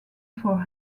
for